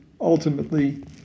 ultimately